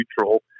neutral